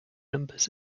numbers